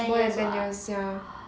more than ten years sia